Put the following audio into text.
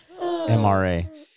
MRA